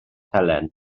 helen